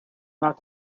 not